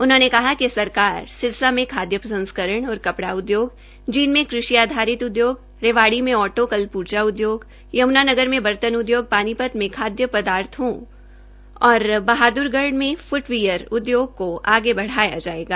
उन्होंने कहा कि सरकार सिरसा में खाद्य प्रसंस्करण और कपड़ा उद्योग जींद में कृषि आधारित उद्योग रेवाड़ी में ऑटो कल पुर्जा उद्योग यमुनानगर में बर्तन उद्योग पानीपत में खाद्य पदार्थों और बहादुरगढ में फुट वियर उद्योग को आगे बढाया जायेगा